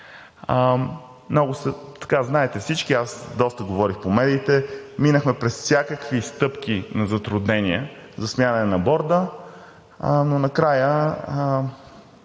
Знаете всички, аз доста говорих по медиите, минахме през всякакви стъпки на затруднения за сменяне на Борда, но накрая